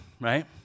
Right